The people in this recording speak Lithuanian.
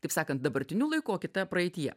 taip sakant dabartiniu laiku o kita praeityje